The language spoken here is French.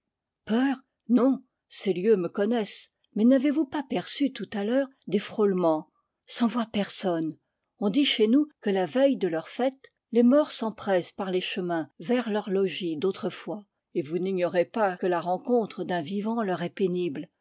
peur non ces lieux me connaissent mais n'avez-vous pas perçu tout à l'heure des frôlements sans voir personne on dit chez nous que la veille de leur fête les morts s'empressent par les chemins vers leur logis d'autrefois et vous n'ignorez pas que la rencontre d'un vivant leur est pénible